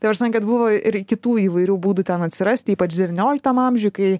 ta prasme kad buvo ir kitų įvairių būdų ten atsirasti ypač devynioliktam amžiuj kai